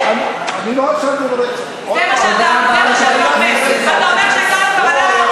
זהו בית-משפט שדה שבו הוכרע דינו של ילד בן 17,